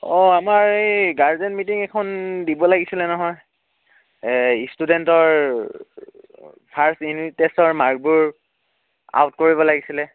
অ' আমাৰ এই guardian meeting এখন দিব লাগিছিল নহয় ষ্টুডেণ্টৰ ফাৰ্ষ্ট ইউনিট টেষ্টৰ মাৰ্কবোৰ আউট কৰিব লাগিছিল